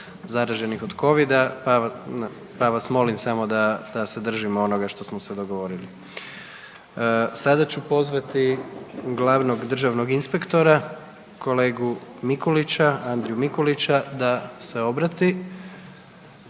zaraženih od covida, pa vas molim samo da, da se držimo onoga što smo se dogovorili. Sada ću pozvati glavnog državnog inspektora kolegu Mikulića, Andriju Mikulića da se obrati.